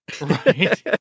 Right